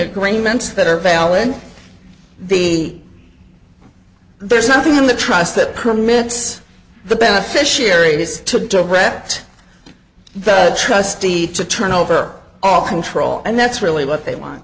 agreements that are valid being there's nothing in the trust that permits the beneficiaries to direct the trustee to turn over all control and that's really what they want